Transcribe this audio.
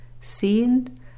seen